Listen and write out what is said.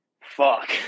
Fuck